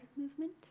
movement